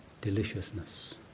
deliciousness